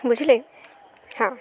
ବୁଝିଲେ ହଁ